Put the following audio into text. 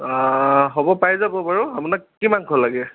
হ'ব পাই যাব বাৰু আপোনাক কি মাংস লাগে